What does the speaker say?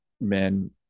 men